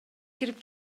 кирип